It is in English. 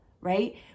right